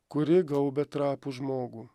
kuri gaubia trapų žmogų